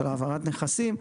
של העברת נכסים,